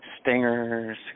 stingers